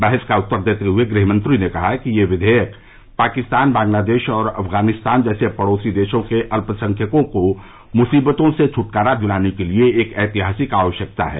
बहस का उत्तर देते हुए गृहमंत्री ने कहा कि यह विवेयक पाकिस्तान बांग्लादेश और अफगानिस्तान जैसे पड़ोसी देशों के अल्पसंख्यकों को मुसीबतों से छूटकारा दिलाने के लिए एक ऐतिहासिक आवश्यकता है